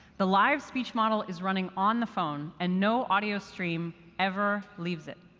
the live speech model is running on the phone. and no audio stream ever leaves it.